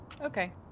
Okay